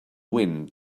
wind